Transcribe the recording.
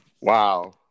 Wow